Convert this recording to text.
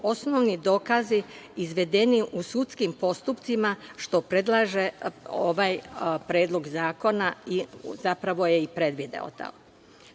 osnovni dokazi izvedeni u sudskim postupcima, što predlaže ovaj predlog zakona, zapravo je i predvideo